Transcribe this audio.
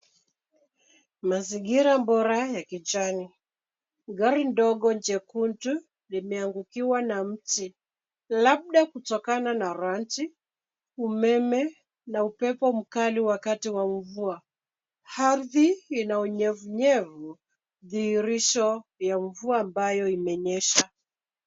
Mazingira bora ya kijani. Gari ndogo jekundu limeangukiwa na mti, labda kutokana na radi, umeme na upepo mkali wakati wa mvua. Ardhi ina unyevunyevu, dhihirisho ya mvua ambayo imenyesha.